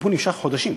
הטיפול נמשך חודשים,